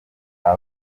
aba